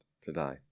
today